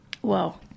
whoa